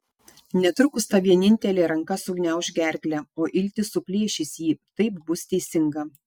netrukus ta vienintelė ranka sugniauš gerklę o iltys suplėšys jį taip bus teisinga